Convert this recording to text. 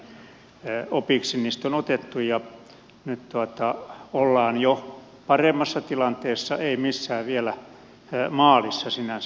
opiksi niistä on otettu ja nyt ollaan jo paremmassa tilanteessa ei vielä missään maalissa sinänsä